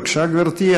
בבקשה, גברתי.